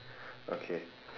okay